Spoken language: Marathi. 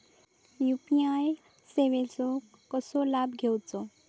यू.पी.आय सेवाचो कसो लाभ घेवचो?